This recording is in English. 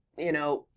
you know,